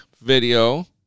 video